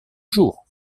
jour